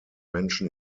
menschen